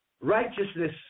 Righteousness